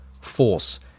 force